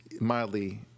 mildly